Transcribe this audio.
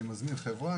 אני מזמין חברה,